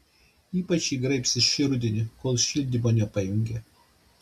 ypač jį graibstė šį rudenį kol šildymo nepajungė